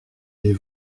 les